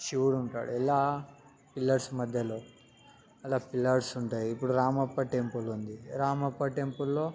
శివుడు ఉంటాడు ఎలా పిల్లర్స్ మధ్యలో అందులో పిల్లర్స్ ఉంటాయి ఇప్పుడు రామప్ప టెంపుల్ ఉంది రామప్ప టెంపుల్లో